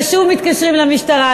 ושוב מתקשרים למשטרה,